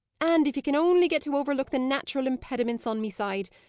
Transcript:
and if ye can only get to overlook the natural impediments on me side,